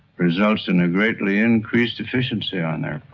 results in a greatly increased efficiency on their